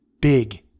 Big